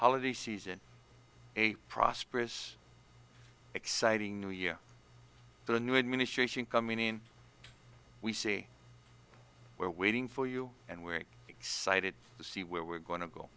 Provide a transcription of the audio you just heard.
holiday season a prosperous exciting new year the new administration coming in we see we're waiting for you and we're excited to see where we're going to go